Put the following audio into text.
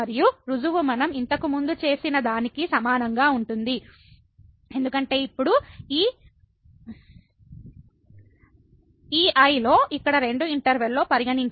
మరియు రుజువు మనం ఇంతకుముందు చేసిన దానికి సమానంగా ఉంటుంది ఎందుకంటే ఇప్పుడు ఈ I లో ఇక్కడ రెండు ఇంటర్వెల్ లో పరిగణించవచ్చు